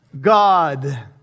God